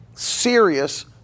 serious